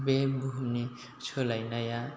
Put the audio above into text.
बे बुहुमनि सोलायनाया